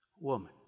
woman